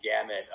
gamut